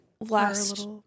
last